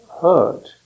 hurt